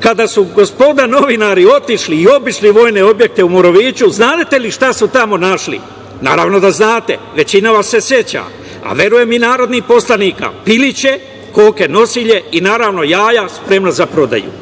kada su gospoda novinari otišli i obišli vojne objekte u Moroviću znate li šta su tamo našli? Naravno, da znate, većina vas se seća, a verujem i narodni poslanici, piliće, koke nosilje i naravno jaja spremna za prodaju,